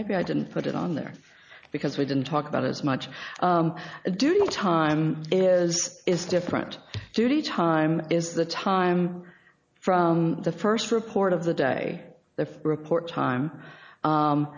maybe i didn't put it on there because we didn't talk about as much ado not time is different duty time is the time for the first report of the day the report time